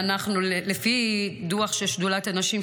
לפי דוח של שדולת הנשים,